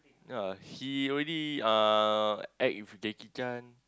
yea he already uh act with Jackie-Chan